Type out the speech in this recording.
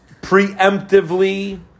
preemptively